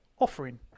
offering